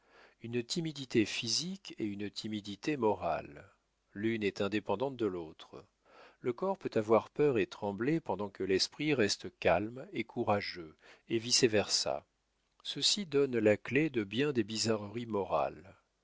une timidité physique et une timidité morale l'une est indépendante de l'autre le corps peut avoir peur et trembler pendant que l'esprit reste calme et courageux et vice versa ceci donne la clef de bien des bizarreries morales